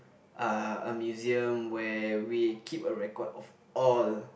uh a museum where we keep a record of all